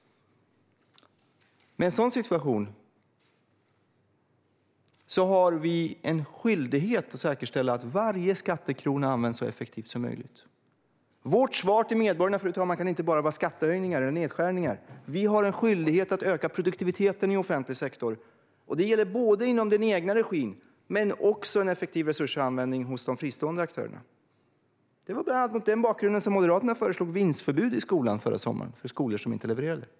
I en sådan situation har vi en skyldighet att säkerställa att varje skattekrona används så effektivt som möjligt. Vårt svar till medborgarna, fru talman, kan inte bara vara skattehöjningar eller nedskärningar. Vi har en skyldighet att öka produktiviteten i offentlig sektor. Det gäller den egna regin men också effektivare resursanvändning hos de fristående aktörerna. Det var bland annat mot den bakgrunden som Moderaterna förra sommaren föreslog vinstförbud för skolor som inte levererar.